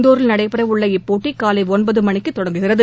இந்தூரில் நடைபெறவுள்ள இப்போட்டி காலை ஒன்பது மணிக்கு தொடங்குகிறது